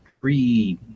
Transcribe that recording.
three